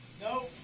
No